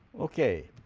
okay,